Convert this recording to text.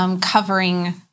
covering